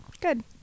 Good